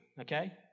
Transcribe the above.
okay